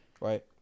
right